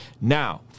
Now